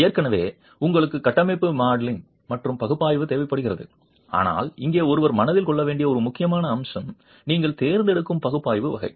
எனவே உங்களுக்கு கட்டமைப்பு மாடலிங் மற்றும் பகுப்பாய்வு தேவைப்படுகிறது ஆனால் இங்கே ஒருவர் மனதில் கொள்ள வேண்டிய ஒரு முக்கிய அம்சம் நீங்கள் தேர்ந்தெடுக்கும் பகுப்பாய்வு வகை